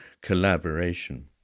collaboration